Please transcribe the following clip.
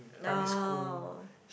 no